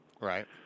Right